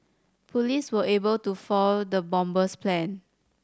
police were able to foil the bomber's plan